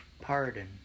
Pardon